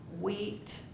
wheat